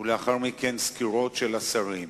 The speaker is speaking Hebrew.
ולאחר מכן, סקירות של השרים.